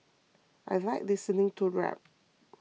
I like listening to rap